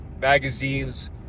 magazines